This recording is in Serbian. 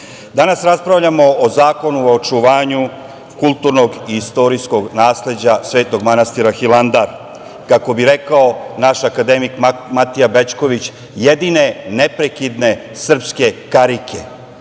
danas raspravljamo o zakonu o očuvanju kulturnog i istorijskog nasleđa Svetog manastira Hilandar, kako bi rekao naš akademik Matija Bećković – jedine neprekidne srpske karike.U